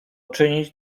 czynić